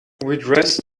dress